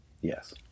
Yes